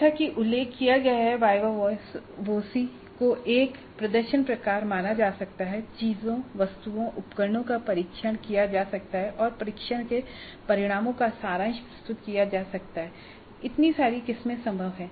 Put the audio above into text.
जैसा कि उल्लेख किया गया है वाइवा वॉयस को एक प्रदर्शन प्रकार माना जा सकता है चीजोंवस्तुओंउपकरणों का परीक्षण किया जा सकता है और परीक्षण के परिणामों का सारांश प्रस्तुत किया जा सकता है इतनी सारी किस्में संभव हैं